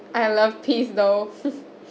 I love peas though